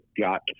got